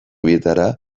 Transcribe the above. bietara